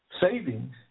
savings